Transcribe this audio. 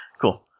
Cool